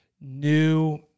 new